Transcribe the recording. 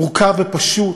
מורכב ופשוט,